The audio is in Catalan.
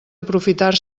aprofitar